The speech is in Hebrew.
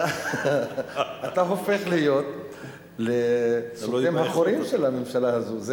אתה הופך להיות לסותם החורים של הממשלה הזאת,